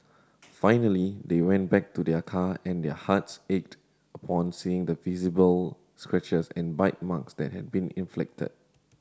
finally they went back to their car and their hearts ached upon seeing the visible scratches and bite marks that had been inflicted